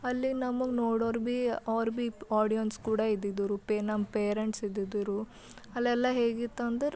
ಅಲ್ಲಿ ನಮಗೆ ನೋಡೋರು ಭೀ ಅವ್ರು ಭೀ ಆಡಿಯನ್ಸ್ ಕೂಡ ಇದ್ದಿದ್ದರು ಪೇ ನಮ್ಮ ಪೇರೆಂಟ್ಸ್ ಇದ್ದಿದ್ದರು ಅಲ್ಲೆಲ್ಲ ಹೇಗಿತ್ತು ಅಂದರೆ